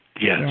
Yes